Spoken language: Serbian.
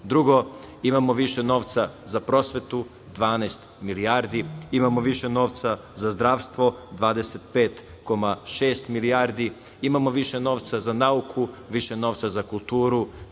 imamo više novca za prosvetu, 12 milijardi. Imamo više novca za zdravstvo, 25,6 milijardi. Imamo više novca za nauku, više novca za kulturu,